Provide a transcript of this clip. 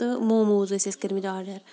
تہٕ موموز ٲسۍ اَسہِ کٔرمٕتۍ آرڈر